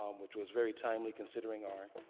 um which was very timely considering our,